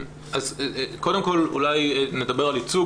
קודם כל אולי נדבר על ייצוג,